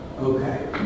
Okay